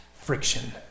friction